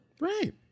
Right